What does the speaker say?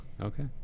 Okay